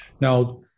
Now